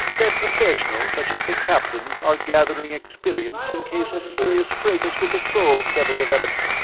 that professionals such as the captain are gathering experience in case a serious fracas with the sovs ever develops.